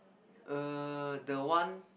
err the one